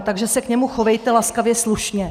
Takže se k němu chovejte laskavě slušně!